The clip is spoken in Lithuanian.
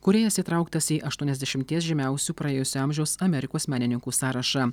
kūrėjas įtrauktas į aštuoniasdešimties žymiausių praėjusio amžiaus amerikos menininkų sąrašą